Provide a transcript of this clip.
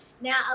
now